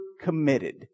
committed